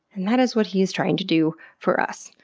and that is what he is trying to do for us.